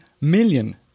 million